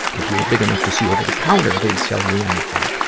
if you were big enough to see over the counter, they'd sell you anything.